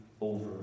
over